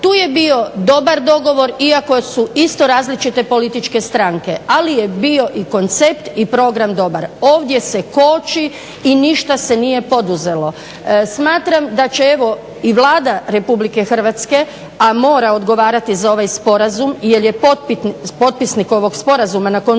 Tu je bio dobar dogovor iako su isto različite političke stranke ali je bio i koncept i program dobar. Ovdje se koči i ništa se nije poduzelo. Smatram da će evo i Vlada RH a mora odgovarati za ovaj sporazum jer je potpisnik ovog sporazuma na koncu